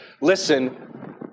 listen